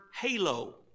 halo